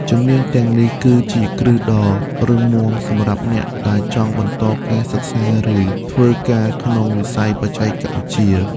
ជំនាញទាំងនេះគឺជាគ្រឹះដ៏រឹងមាំសម្រាប់អ្នកដែលចង់បន្តការសិក្សាឬធ្វើការក្នុងវិស័យបច្ចេកវិទ្យា។